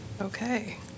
Okay